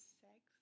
sex